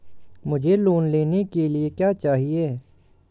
मुझे लोन लेने के लिए क्या चाहिए?